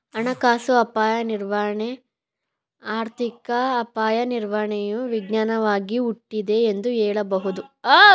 ಹಣಕಾಸು ಅಪಾಯ ನಿರ್ವಹಣೆ ಆರ್ಥಿಕ ಅಪಾಯ ನಿರ್ವಹಣೆಯು ವಿಜ್ಞಾನವಾಗಿ ಹುಟ್ಟಿದೆ ಎಂದು ಹೇಳಬಹುದು